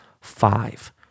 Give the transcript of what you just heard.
five